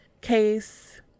case